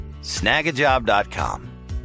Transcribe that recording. Snagajob.com